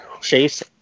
Chase